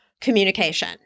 communication